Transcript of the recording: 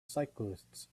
cyclists